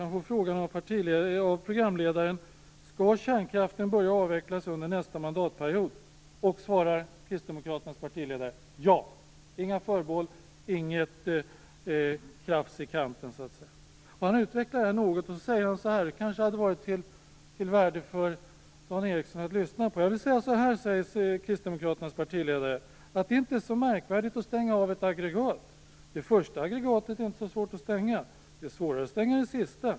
Han får följande fråga av programledaren: Skall kärnkraften börja avvecklas under nästa mandatperiod? Kristdemokraternas partiledare svarar: Ja! Det finns inga förbehåll och inget krafs i kanten. Han utvecklar detta något också. Det hade kanske varit av värde för Dan Ericsson att lyssna till detta. Jag vill säga så här, säger Kristdemokraternas partiledare, att det är inte så märkvärdigt att stänga av ett aggregat. Det första aggregatet är inte så svårt att stänga. Det är svårare att stänga det sista.